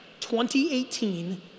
2018